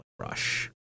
rush